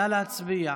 נא להצביע.